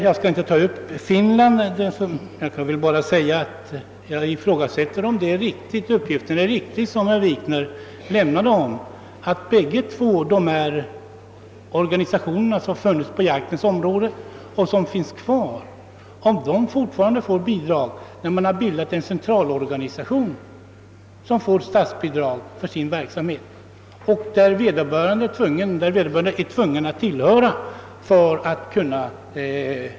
Jag skall inte närmare beröra förhål landena i Finland; jag ifrågasätter bara om den uppgift är riktig som herr Wikner lämnade om att båda de organisationer som har funnits på jaktvårdens område och som fortfarande finns kvar får bidrag sedan en centralorganisation har bildats. Denna får statsbidrag för sin verksamhet, och alla som vill utöva jakt måste tillhöra den.